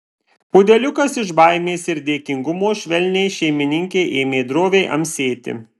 pudeliukas iš baimės ir dėkingumo švelniai šeimininkei ėmė droviai amsėti